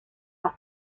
par